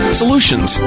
solutions